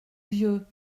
vieux